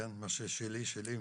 מה ששלי שלי,